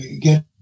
get